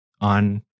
on